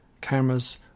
cameras